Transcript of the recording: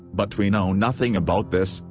but we know nothing about this,